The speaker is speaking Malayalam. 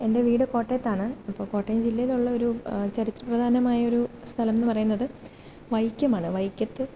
എൻ്റെ വീട് കോട്ടയത്താണ് അപ്പം കോട്ടയം ജില്ലയിലുള്ള ഒരു ചരിത്ര പ്രധാനമായ ഒരു സ്ഥലം എന്ന് പറയുന്നത് വൈക്കം ആണ് വൈക്കത്ത്